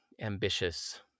ambitious